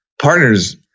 partners